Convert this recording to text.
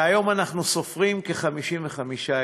והיום אנחנו סופרים כ-55,000,